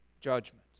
judgment